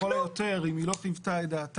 לכל היותר, אם היא לא חיוותה את דעתה,